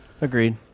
agreed